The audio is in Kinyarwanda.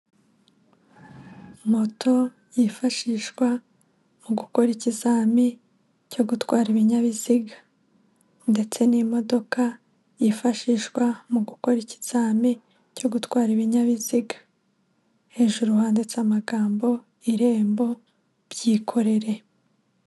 Moto yifashishwa mu gukora ikizami cyo gutwara ibinyabiziga ndetse n'imodoka yifashishwa mu gukora ikizami cyo gutwara ibinyabiziga hejuru handitse amagambo "Irembo byikorere".